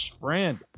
Friend